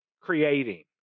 creating